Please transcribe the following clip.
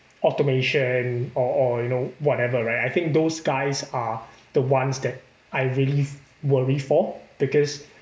automation or or you know whatever right I think those guys are the ones that I really worry for because